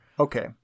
Okay